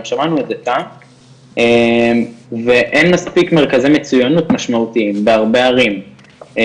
שמענו את זה כאן ואין מספיק מרכזי מצוינות משמעותיים בהרבה ערים,